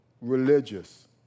religious